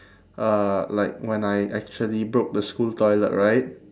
uh like when I actually broke the school toilet right